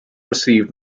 received